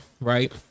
right